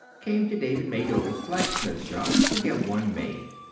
came to david maydole's blacksmith's shop to get one made.